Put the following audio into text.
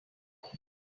before